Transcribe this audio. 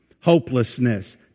hopelessness